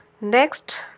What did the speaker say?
Next